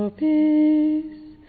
peace